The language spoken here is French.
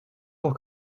pour